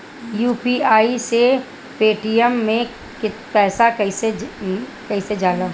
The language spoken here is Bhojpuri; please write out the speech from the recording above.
यू.पी.आई से पेटीएम मे पैसा कइसे जाला?